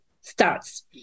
starts